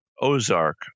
Ozark